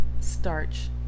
starch